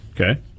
Okay